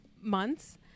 months